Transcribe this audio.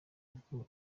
ubwo